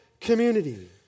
community